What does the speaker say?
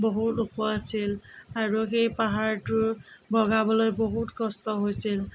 বহুত ওখ আছিল আৰু সেই পাহাৰটো বগাবলৈ বহুত কষ্ট হৈছিল